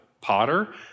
potter